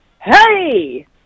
hey